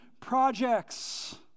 projects